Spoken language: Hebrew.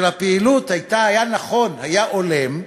של הפעילות היה נכון, היה הולם,